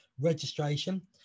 registration